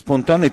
ספונטנית,